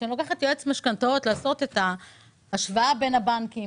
כשאני לוקחת יועץ משכנתאות לעשות את ההשוואה בין הבנקים,